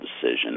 decision